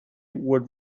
would